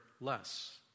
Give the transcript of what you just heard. less